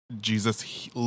Jesus